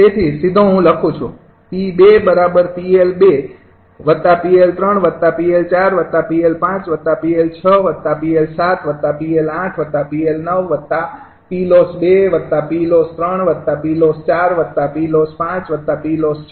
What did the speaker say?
તેથી સીધો હું લખું છુ આ સમીકરણ ૪૦ છે